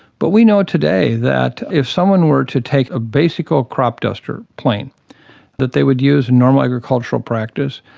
but we know today that if someone were to take a basic old crop duster plane that they would use in normal agricultural practice,